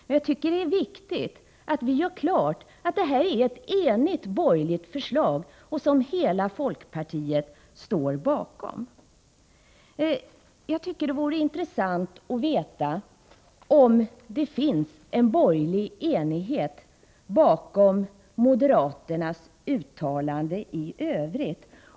Men jag tycker att det är viktigt att vi gör klart att det är ett enigt borgerligt förslag, som hela folkpartiet står bakom. Det vore intressant att få veta om det finns en borgerlig enighet bakom moderaternas uttalanden i övrigt.